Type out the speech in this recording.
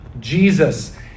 Jesus